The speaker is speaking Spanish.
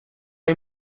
hay